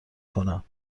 کنم